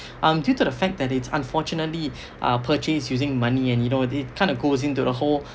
um due to the fact that it's unfortunately um purchased using money and you know it kind of goes into the whole